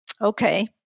okay